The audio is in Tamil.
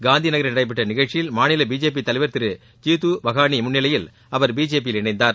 காந்திநகரில் நடைபெற்ற நிகழ்ச்சியில் மாநில பிஜேபி தலைவர் திரு ஜீது வஹானி முன்னிலையில் அவர் பிஜேபியில் இணைந்தார்